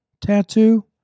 tattoo